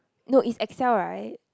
no it's Excel right